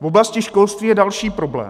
V oblasti školství je další problém.